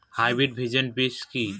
Hybrid ভীন্ডি বীজ কি?